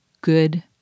good